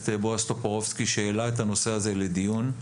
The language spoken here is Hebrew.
בועז טופורובסקי שהעלה את הנושא הזה לדיון.